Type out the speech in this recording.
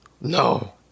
No